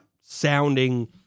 sounding